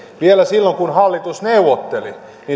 vielä silloin kun hallitus neuvotteli